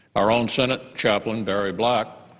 our own senate chaplain, barry black,